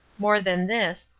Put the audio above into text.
more than this,